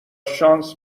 شانس